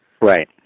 Right